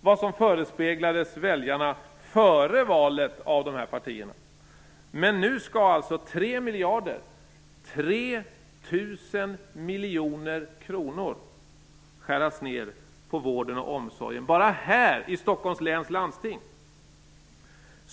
vad som före valet förespeglades väljarna av dessa partier. Men nu skall 3 miljarder - 3 000 miljoner kronor - skäras ned på vården och omsorgen bara här i Stockholms läns landsting!